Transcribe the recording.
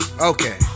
Okay